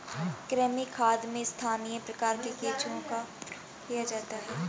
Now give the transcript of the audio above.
कृमि खाद में स्थानीय प्रकार के केंचुओं का प्रयोग किया जाता है